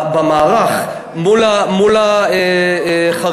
במערך מול החרדים,